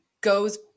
goes